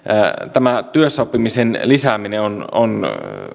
tämä työssäoppimisen lisääminen on on